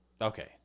Okay